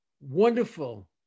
wonderful